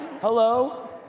Hello